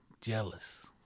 jealous